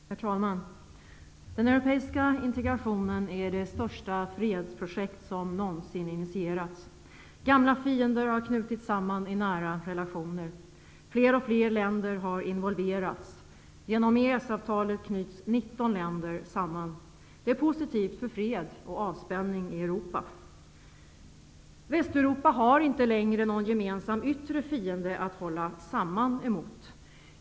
Herr talman! Den europeiska integrationen är det största fredsprojekt som någonsin initierats. Gamla fiender har knutits samman i nära relationer. Fler och fler länder har involverats. Genom EES-avtalet knyts 19 länder samman. Det är positivt för freden och avspänningen i Europa. Västeuropa har inte längre någon gemensam yttre fiende att hålla samman emot.